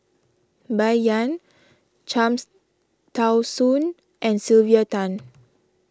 Bai Yan Cham's Tao Soon and Sylvia Tan